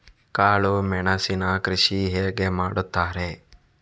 ಕಾಳು ಮೆಣಸಿನ ಕೃಷಿ ಹೇಗೆ ಮಾಡುತ್ತಾರೆ?